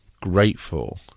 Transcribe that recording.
grateful